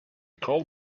called